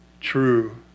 True